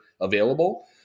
available